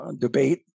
debate